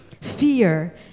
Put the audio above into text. Fear